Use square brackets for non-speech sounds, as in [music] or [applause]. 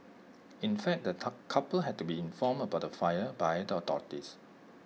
in fact the [unintelligible] couple had to be informed about the fire by the authorities